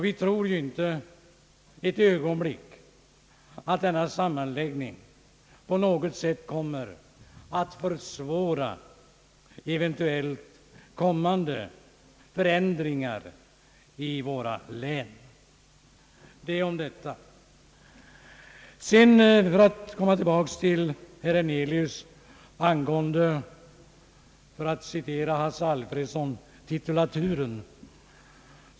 Vi tror inte eit ögonblick att denna sammanläggning på något sätt kommer att försvåra eventuella kommande förändringar inom våra län. Sedan vill jag återkomma till herr Hernelius angående — för att citera Hasse Alfredsson — titulaturen.